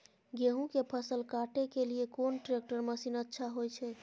गेहूं के फसल काटे के लिए कोन ट्रैक्टर मसीन अच्छा होय छै?